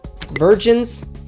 Virgins